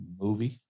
movie